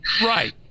right